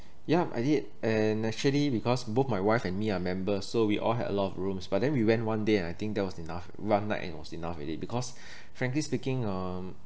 yup I did and actually because both my wife and me are members so we all had a lot of rooms but then we went one day and I think that was enough one night and it was enough already because frankly speaking um